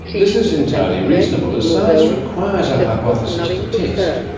this is entirely reasonable, as science requires a hypothesis to test.